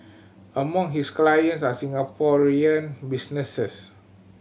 among his clients are Singaporean businesses